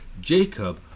Jacob